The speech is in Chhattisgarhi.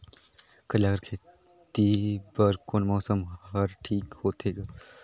करेला कर खेती बर कोन मौसम हर ठीक होथे ग?